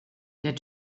der